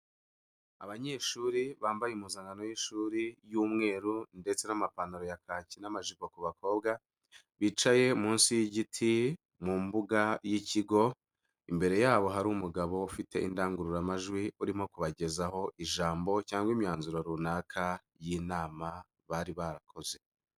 Abanyeshuri bambaye impuzankano y'ishuri y'umweru ndetse n'amapantaro ya kaki n'amajipo ku bakobwa, bicaye munsi y'igiti mu mbuga y'ikigo, imbere yabo hari umugabo ufite indangururamajwi urimo kubagezaho ijambo cyangwa imyanzuro runaka y'inama bari barakoze.